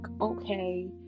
okay